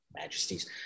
Majesties